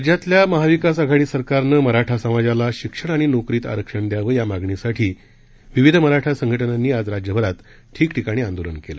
राज्यातल्या महाविकास आघाडी सरकारनं मराठा समाजाला शिक्षण आणि नोकरीत आरक्षण द्यावं या मागणीसाठी विविध मराठा संघटनांनी आज राज्यभरात ठिकठिकाणी आंदोलन केलं